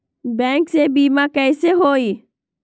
Bank से बिमा कईसे होई?